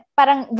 parang